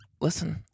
listen